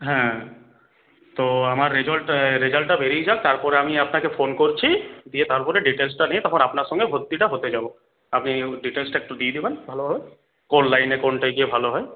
হ্যাঁ তো আমার রেজাল্ট রেজাল্টটা বেরিয়ে যাক তার পরে আমি আপনাকে ফোন করছি দিয়ে তার পর ডিটেলসটা নিয়ে তখন আপনার সাথে ভর্তিটা হতে যাব আপনি ডিটেলসটা একটু দেবেন ভালো ভাবে কোন লাইনে কোনটায় গিয়ে ভালো হয়